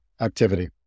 activity